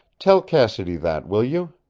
tell cassidy that, will you?